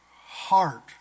heart